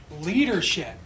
leadership